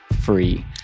free